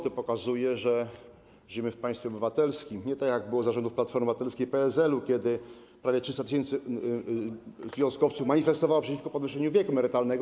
To pokazuje, że żyjemy w państwie obywatelskim, nie tak jak było za rządów Platformy Obywatelskiej i PSL-u, kiedy prawie 300 tys. związkowców manifestowało przeciwko podwyższeniu wieku emerytalnego.